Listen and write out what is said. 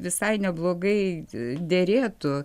visai neblogai derėtų